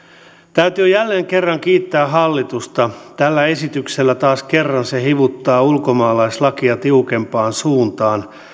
täytyy jälleen kerran kiittää hallitusta tällä esityksellä taas kerran se hivuttaa ulkomaalaislakia tiukempaan suuntaan